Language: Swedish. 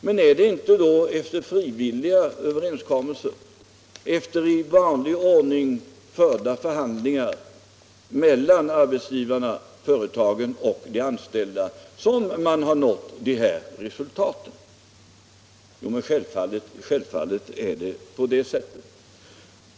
Men är det då inte efter frivilliga överenskommelser efter i vanlig ordning förda förhandlingar mellan arbetsgivarna, företagen och de anställda som de här resultaten har nåtts? Jo, självfallet är det på det sättet.